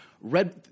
Red